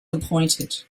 appointed